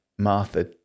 Martha